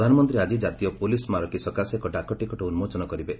ପ୍ରଧାନମନ୍ତ୍ରୀ ଆଜି କାତୀୟ ପୋଲିସ୍ ସ୍କାରକୀ ସକାଶେ ଏକ ଡାକଟିକଟ ଉନ୍କୋଚନ କରିବେ